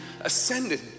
ascended